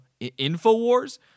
InfoWars